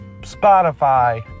Spotify